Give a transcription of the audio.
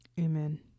Amen